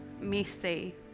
messy